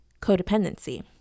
codependency